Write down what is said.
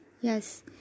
Yes